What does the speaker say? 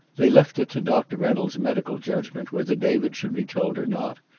they left it to doctor reynolds' medical judgment whether david should be told or not,